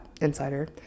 Insider